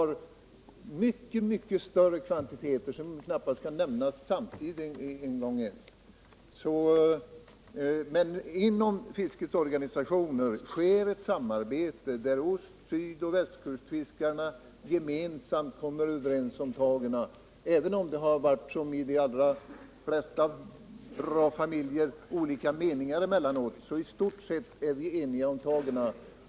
Det gäller här mycket större kvantiteter. Det svenska fisket kan man knappast tala om på samma gång som man talar om de andra fångsterna. Men inom fiskets organisationer sker det ett samarbete. Ost-, syd och västkustfiskarna kommer överens om tagen, även om det som i de flesta bra familjer emellanåt finns olika meningar. I stort sett är vi emellertid eniga.